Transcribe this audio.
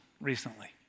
recently